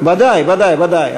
ודאי, ודאי.